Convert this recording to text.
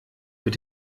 mit